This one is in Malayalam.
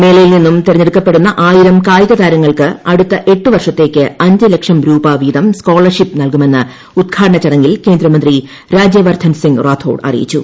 മേളയിൽ നിന്നും തിരഞ്ഞെടുക്കപ്പെടുന്ന ആയിരം കായികതാരങ്ങൾക്ക് അടുത്ത എട്ട് വർഷത്തേക്ക് അഞ്ച് ലക്ഷം രൂപ വീതം സ്കോളർഷിപ്പ് നൽകുമെന്ന് ഉദ്ഘാടന ചടങ്ങിൽ കേന്ദ്രമന്ത്രി രാജ്യവർദ്ധൻ സിങ് റാത്തോർ അറിയിച്ചു